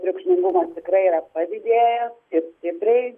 triukšmingumas tikrai yra padidėjęs ir stipriai